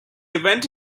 event